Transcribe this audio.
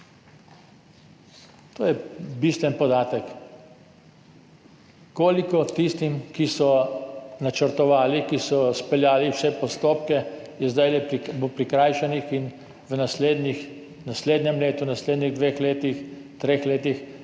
To je bistven podatek. Koliko tistih, ki so načrtovali, ki so speljali vse postopke, bo zdajle prikrajšanih in v naslednjem letu, v naslednjih dveh letih, treh letih